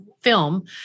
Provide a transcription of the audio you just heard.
film